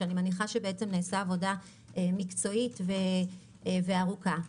שאני מניחה שנעשתה עבודה מקצועית וארוכה,